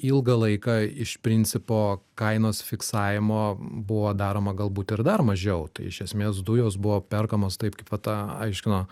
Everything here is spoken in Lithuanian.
ilgą laiką iš principo kainos fiksavimo buvo daroma galbūt ir dar mažiau tai iš esmės dujos buvo perkamos taip kaip vat a aiškino